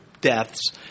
deaths